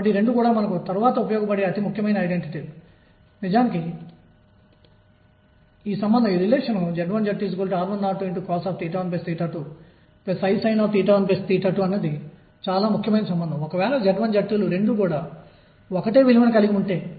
కాబట్టి ఈ రెండు పరిమాణాలు నాకు సరిగ్గా ఒకే సమాధానాన్ని ఇస్తాయి